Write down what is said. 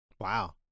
Wow